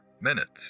minutes